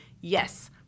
yes